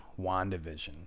WandaVision